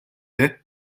дээ